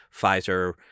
Pfizer